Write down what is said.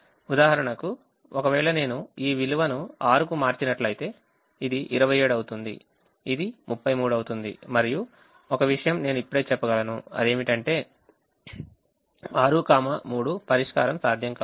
ఉదాహరణకు ఒకవేళ నేను ఈ విలువను 6 కి మార్చినట్లయితే ఇది 27 అవుతుంది ఇది 33 అవుతుంది మరియు ఒక విషయం నేను ఇప్పుడే చెప్పగలను అదేమిటంటే 63 పరిష్కారం సాధ్యం కాదు